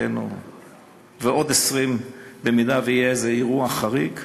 ועוד 20 אם יהיה אירוע חריג.